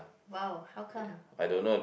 !wow! how come